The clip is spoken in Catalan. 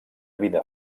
vida